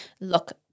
look